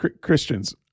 Christians